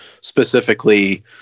specifically